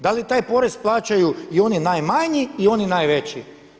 Da li taj porez plaćaju i oni najmanji i oni najveći.